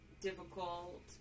difficult